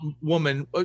woman